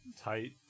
tight